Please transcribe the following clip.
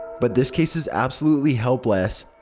but this case is absolutely helpless.